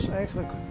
eigenlijk